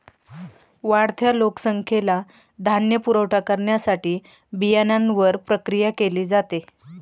वाढत्या लोकसंख्येला धान्य पुरवठा करण्यासाठी बियाण्यांवर प्रक्रिया केली जाते